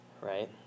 right